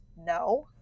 No